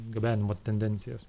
gabenimo tendencijas